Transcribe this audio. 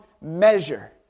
measure